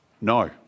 No